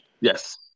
Yes